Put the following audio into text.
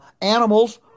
animals